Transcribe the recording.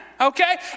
Okay